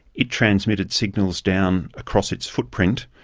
it transmitted signals down across its footprint,